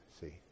see